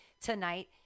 tonight